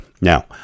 now